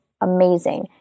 amazing